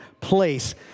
place